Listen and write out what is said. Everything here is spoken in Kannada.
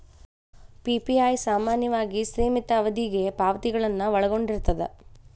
ಪಿ.ಪಿ.ಐ ಸಾಮಾನ್ಯವಾಗಿ ಸೇಮಿತ ಅವಧಿಗೆ ಪಾವತಿಗಳನ್ನ ಒಳಗೊಂಡಿರ್ತದ